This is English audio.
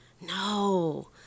no